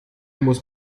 muss